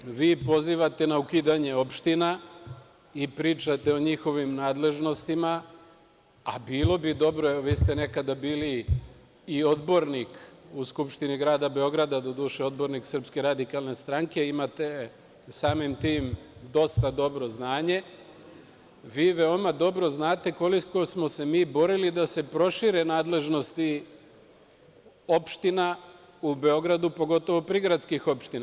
Druga stvar, vi pozivate na ukidanje opština i pričate o njihovim nadležnostima, a bilo bi dobro, evo, vi ste nekada bili i odbornik u Skupštini grada Beograda, doduše odbornik SRS, imate samim tim dosta dobro znanje, vi veoma dobro znate koliko smo se mi borili da se prošire nadležnosti opština u Beogradu, pogotovu prigradskih opština.